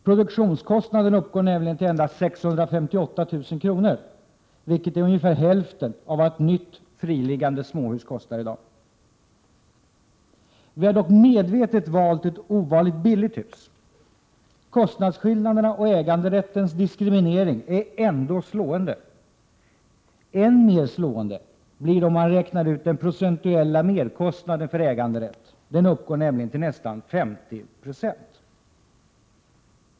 Produktionskostnaden uppgår nämligen till endast 658 000 kr., vilket är ungefär hälften av vad ett nytt friliggande småhus kostar i dag. Vi har dock medvetet valt ett ovanligt billigt hus. Kostnadsskillnaderna och diskrimineringen av äganderätten är ändå slående. Än mer slående blir det om man räknar ut den procentuella merkostnaden för äganderätten. Den uppgår nämligen till nästan 50 90.